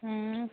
ꯎꯝ